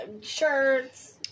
Shirts